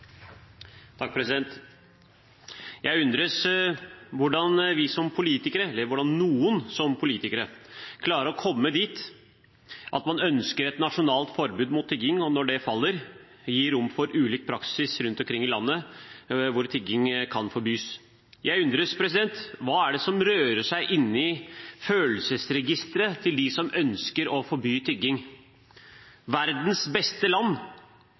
vi som politikere, eller hvordan noen som politikere, klarer å komme dit at man ønsker et nasjonalt forbud mot tigging, og når det faller, gir rom for ulik praksis rundt omkring i landet hvor tigging kan forbys. Jeg undrer på hva som rører seg i følelsesregistret til dem som ønsker å forby tigging. Verdens beste land,